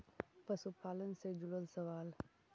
पशुपालन से जुड़ल सवाल?